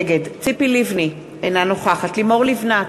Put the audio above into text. נגד ציפי לבני, אינה נוכחת לימור לבנת,